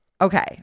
okay